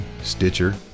Stitcher